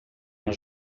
los